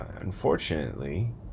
unfortunately